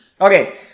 Okay